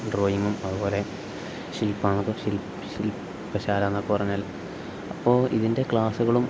ഡ്രോയിങ്ങും അതുപോലെ ശിൽപശാലാന്ന് ഒക്കെ പറഞ്ഞാൽ അപ്പോൾ ഇതിൻ്റെ ക്ലാസ്സുകളും